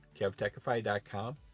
kevtechify.com